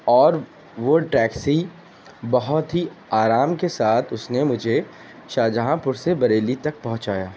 اور وہ ٹیکسی بہت ہی آرام کے ساتھ اس نے مجھے شاہجہاں پور سے بریلی تک پہنچایا